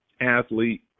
athlete